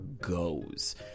goes